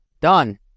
Done